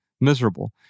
miserable